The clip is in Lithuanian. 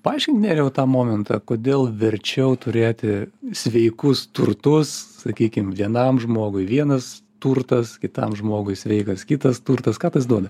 paaiškink nerijau tą momentą kodėl verčiau turėti sveikus turtus sakykim vienam žmogui vienas turtas kitam žmogui sveikas kitas turtas ką tas duoda